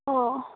ꯑꯣ